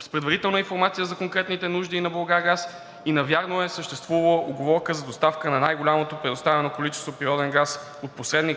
с предварителна информация за конкретните нужди на „Булгаргаз“ и навярно е съществувала уговорка за доставка на най-голямото предоставено количество природен газ при